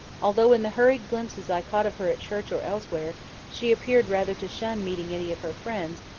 although in the hurried glimpses i caught of her at church or elsewhere she appeared rather to shun meeting any of her friends,